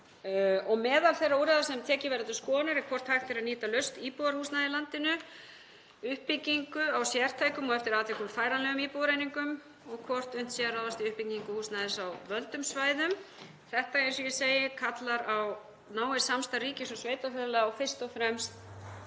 Meðal þeirra úrræða sem tekin verða til skoðunar er hvort hægt er að nýta laust íbúðarhúsnæði í landinu, uppbyggingu á sértækum og eftir atvikum færanlegum íbúðareiningum og hvort unnt sé að ráðast í uppbyggingu húsnæðis á völdum svæðum. Þetta, eins og ég segi, kallar á náið samstarf ríkis og sveitarfélaga og fyrst og fremst